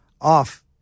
off